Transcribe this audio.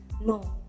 no